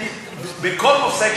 בכל נושא,